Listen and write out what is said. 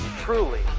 truly